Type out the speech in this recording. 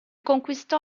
conquistò